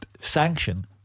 sanction